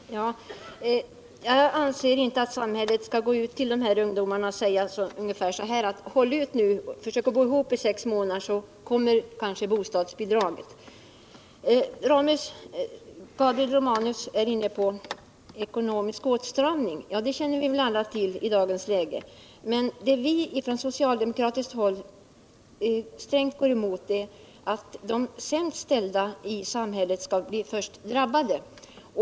Herr talman! Jag anser inte att samhället skall gå ut till ungdomarna och säga ungefär som så: Försök att hålla ihop i sex månader så får ni kanske bosättningslån. Gabriel Romanus är inne på den ekonomiska åtstramningen. Den känner vi väl alla till i dagens läge, men det vi från socialdemokratiskt håll strängt går emot är att de sämst ställda i samhället först skall bli drabbade.